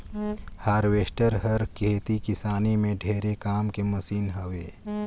harvester हर खेती किसानी में ढेरे काम के मसीन हवे